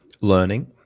learning